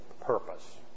purpose